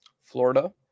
Florida